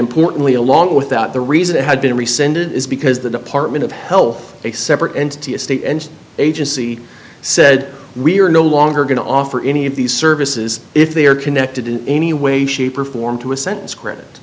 importantly along with that the reason it had been rescinded is because the department of health a separate entity a state and agency said we are no longer going to offer any of these services if they are connected in any way shape or form to a sentence credit